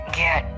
get